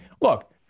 look